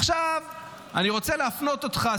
עכשיו אני רוצה להפנות אותך,